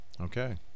Okay